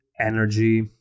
energy